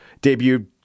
debuted